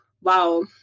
wow